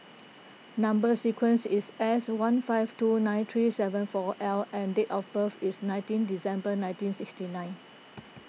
Number Sequence is S one five two nine three seven four L and date of birth is nineteen December nineteen sixty nine